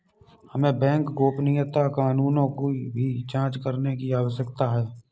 हमें बैंक गोपनीयता कानूनों की भी जांच करने की आवश्यकता है